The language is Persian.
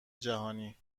جهانی